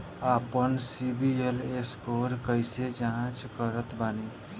आपन CIBIL score कैसे जांच सकत बानी?